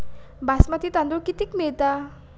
बासमती तांदूळ कितीक मिळता?